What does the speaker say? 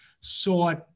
sought